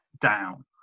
down